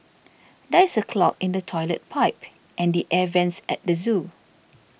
there is a clog in the Toilet Pipe and the Air Vents at the zoo